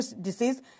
disease